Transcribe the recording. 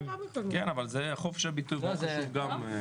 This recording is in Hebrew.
אבל חופש הביטוי פה חשוב גם.